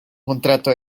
contrato